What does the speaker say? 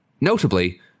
notably